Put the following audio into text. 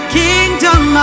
kingdom